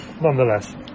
nonetheless